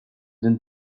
than